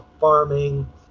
farming